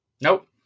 Nope